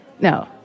No